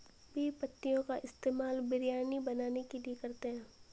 बे पत्तियों का इस्तेमाल बिरयानी बनाने के लिए करते हैं